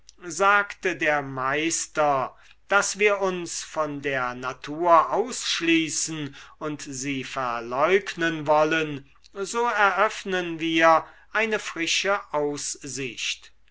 sagte der meister daß wir uns von der natur ausschließen und sie verleugnen wollen so eröffnen wir eine frische aussicht